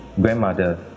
grandmother